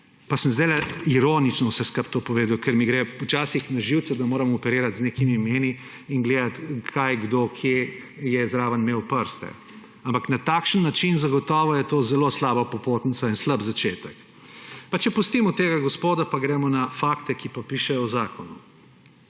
pa sem zdaj ironično vse skupaj povedal, ker mi gre počasi na živce, da moram operirati z nekimi imeni in gledati kaj, kdo, kje je zraven imel prste. Ampak na takšen način zagotovo je to zelo slaba popotnica in slab začetek. Pa če pustimo tega gospoda pa gremo na fakte, ki pa pišejo v zakonu.